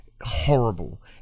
horrible